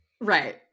Right